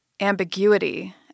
ambiguity